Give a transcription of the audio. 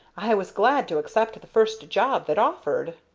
i was glad to accept the first job that offered.